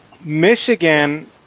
Michigan